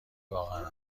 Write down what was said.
واقعا